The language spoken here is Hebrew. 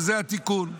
וזה התיקון,